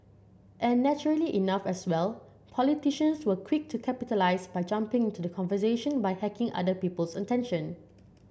and naturally enough as well politicians were quick to capitalise by jumping into the conversation by hacking other people's attention